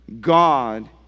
God